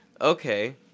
Okay